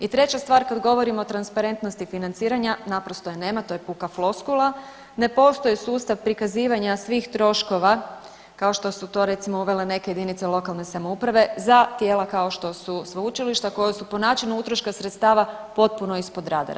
I treća stvar kad govorimo o transparentnosti financiranja naprosto je nema, to je puka floskula, ne postoji sustav prikazivanja svih troškova kao što su to recimo uvele neke jedinice lokalne samouprave za tijela kao što su sveučilišta koja su po načinu utroška sredstava potpuno ispod radara.